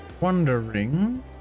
wondering